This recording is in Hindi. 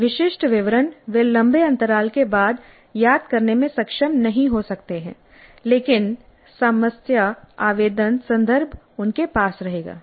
कुछ विशिष्ट विवरण वे लंबे अंतराल के बाद याद करने में सक्षम नहीं हो सकते हैं लेकिन सामान्य आवेदन संदर्भ उनके पास रहेगा